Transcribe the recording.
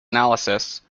analysis